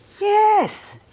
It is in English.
Yes